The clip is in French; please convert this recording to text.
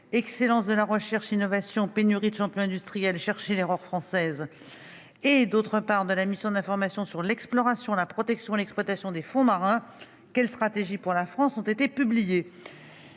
Excellence de la recherche/innovation, pénurie de champions industriels : cherchez l'erreur française » et de la mission d'information sur « L'exploration, la protection et l'exploitation des fonds marins : quelle stratégie pour la France ?» ont été publiées.